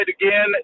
again